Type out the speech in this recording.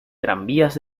tranvías